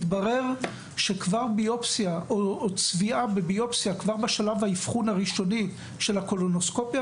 התברר שצביעה בביופסיה כבר בשלב האבחון הראשוני של הקולונוסקופיה